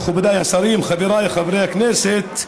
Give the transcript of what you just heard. מכובדיי השרים, חבריי חברי הכנסת,